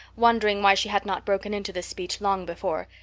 wondering why she had not broken into this speech long before,